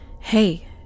Hey